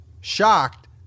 Shocked